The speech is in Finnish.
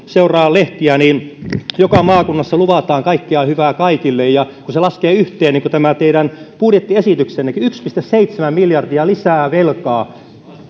seuraa lehtiä joka maakunnassa luvataan kaikkea hyvää kaikille ja kun sen laskee yhteen niin kuin tämä teidän budjettiesityksennekin sisältää yksi pilkku seitsemän miljardia lisää velkaa